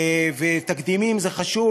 תקדימים זה חשוב,